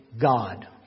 God